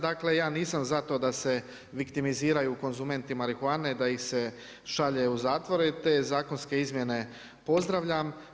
Dakle, ja nisam za to da se viktimiziraju konzumenti marihuane da ih se šalje u zatvore, te zakonske izmjene pozdravljam.